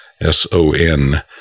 S-O-N